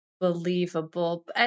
believable